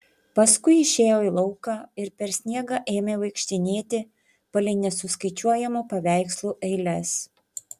paskui išėjo į lauką ir per sniegą ėmė vaikštinėti palei nesuskaičiuojamų paveikslų eiles